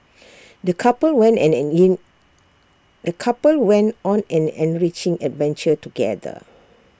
the couple went an an in the couple went on an enriching adventure together